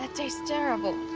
ah tastes terrible.